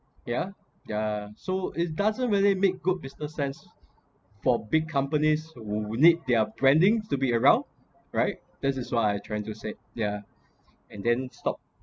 yeah yeah so it doesn't really make good business sense for big companies will would need their branding to be around right this is what I trying to say yeah and then stop